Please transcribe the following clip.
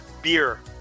beer